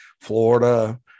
Florida –